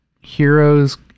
Heroes